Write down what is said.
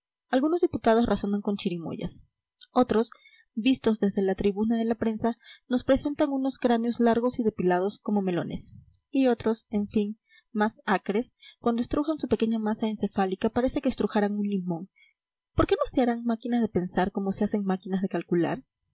algunos diputados razonan con chirimoyas otros vistos desde la tribuna de la prensa nos presentan unos cráneos largos y depilados como melones y otros en fin más acres cuando estrujan su pequeña masa encefálica parece que estrujaran un limón por qué no se harán máquinas de pensar como se hacen máquinas de calcular